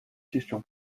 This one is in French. question